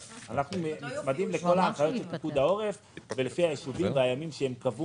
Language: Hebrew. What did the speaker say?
אנחנו נצמדים לכל ההנחיות של פיקוד העורף ולפי היישובים והימים שהם קבעו